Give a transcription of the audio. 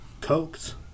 cokes